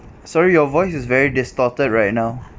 sorry your voice is very distorted right now